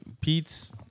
Pete's